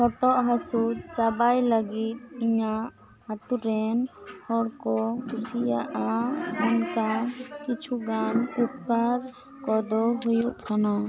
ᱦᱚᱴᱚᱜ ᱦᱟᱹᱥᱩ ᱪᱟᱵᱟᱭ ᱞᱟᱹᱜᱤᱫ ᱤᱧᱟᱹᱜ ᱟᱹᱛᱩ ᱨᱮᱱ ᱦᱚᱲ ᱠᱚ ᱠᱩᱥᱤᱭᱟᱜ ᱟ ᱚᱱᱠᱟᱱ ᱠᱤᱪᱷᱩ ᱜᱟᱱ ᱩᱯᱠᱟᱨ ᱠᱚᱫᱚ ᱦᱩᱭᱩᱜ ᱠᱟᱱᱟ